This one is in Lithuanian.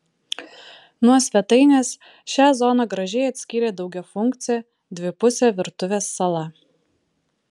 nuo svetainės šią zoną gražiai atskyrė daugiafunkcė dvipusė virtuvės sala